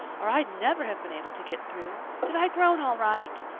or i'd never have been able to get through. did i groan all right?